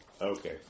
Okay